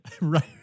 right